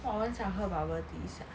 !wah! 我很想喝 bubble tea sia